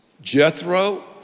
Jethro